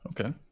okay